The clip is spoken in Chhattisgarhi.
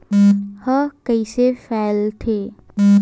ह कइसे फैलथे?